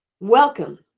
welcome